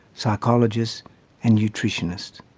psychologists and nutritionists.